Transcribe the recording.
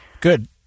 Good